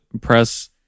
Press